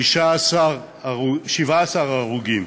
17 הרוגים.